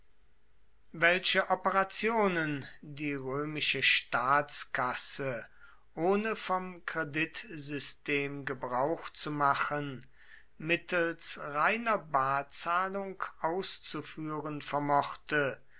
welche operationen die römische staatskasse ohne vom kreditsystem gebrauch zu machen mittels reiner barzahlung auszuführen vermochte